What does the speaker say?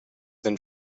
than